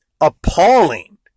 appalling